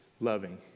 loving